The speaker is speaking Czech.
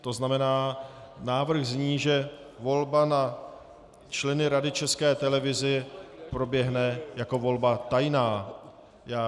To znamená, návrh zní, že volba na členy Rady České televize proběhne jako volba tajná.